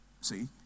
See